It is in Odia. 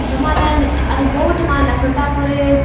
ସମାଧାନ ଆରୁ ବହୁତ ମାର ଲାଗଛନ୍ ତା'ପରେ